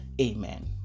Amen